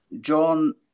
John